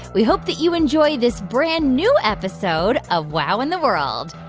we hope that you enjoy this brand-new episode of wow in the world.